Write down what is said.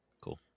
Cool